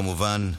כמובן,